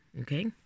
okay